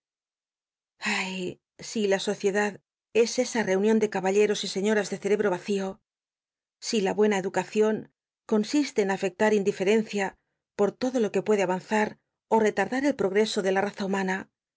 ay si la sociedad es esa reunion de caballer'os y señoras de ccrcbro acio si la buena cducacion consiste en afectar indifel'encia por todo lo que l uede avanzar ó retardar el progreso de la raza humana